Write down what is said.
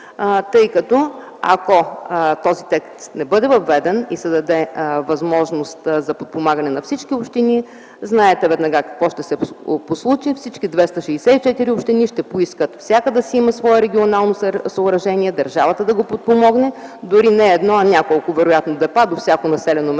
подпомага. Ако този текст не бъде въведен и се даде възможност за подпомагане на всички общини знаете веднага какво ще се случи. Всички 264 общини ще поискат всяка от тях да си има свое регионално съоръжение, държавата да ги подпомогне, дори не едно, вероятно няколко депа до всяко населено място